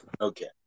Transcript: Okay